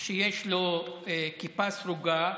שיש לו כיפה סרוגה,